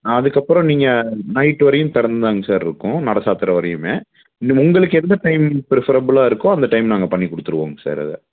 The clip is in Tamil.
அதுக்கப்புறம் நீங்கள் நைட்டு வரையும் திறந்துதாங்க சார் இருக்கும் நடை சாற்றுற வரையுமே உங்களுக்கு எந்த டைமிங் பிரிஃபரபுலாக இருக்கோ அந்த டைம் நாங்கள் பண்ணி கொடுத்துருவோங்க சார் அதை